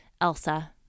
Elsa